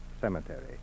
Cemetery